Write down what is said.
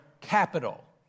capital